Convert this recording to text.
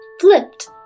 flipped